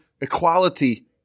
equality